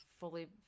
fully